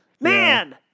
Man